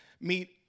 meet